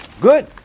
good